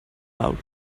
out